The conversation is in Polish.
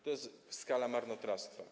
To jest skala marnotrawstwa.